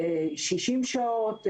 60 שעות,